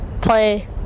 play